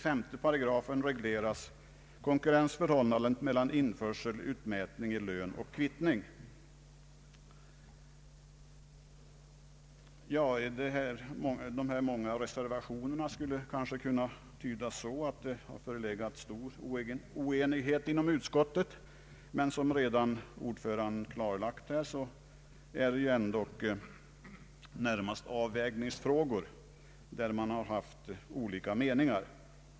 Det stora antalet reservationer skulle kanske kunna tydas så att det förelegat stor oenighet inom utskottet, men som utskottsordföranden redan klarlagt är det närmast i avvägningsfrågor man haft olika meningar.